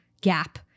gap